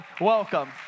welcome